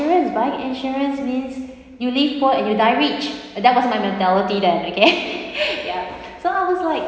buying insurance means you live poor and you die rich that was my mentality than okay ya so I was like